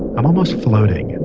i'm almost floating, and